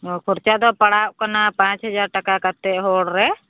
ᱚ ᱠᱷᱚᱨᱪᱟ ᱫᱚ ᱯᱟᱲᱟᱣᱚᱜ ᱠᱟᱱᱟ ᱯᱟᱸᱪ ᱦᱟᱡᱟᱨ ᱴᱟᱠᱟ ᱠᱟᱛᱮᱫ ᱦᱚᱲ ᱨᱮ